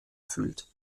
fühlt